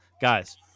guys